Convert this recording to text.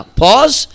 pause